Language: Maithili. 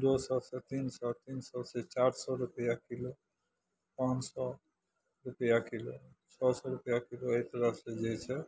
दू सएसँ तीन सए तीन सएसँ चारि सए रुपैआ किलो पाॅंच सए रुपैआ किलो छओ सए रुपैआ किलो एहि तरहसँ जे छै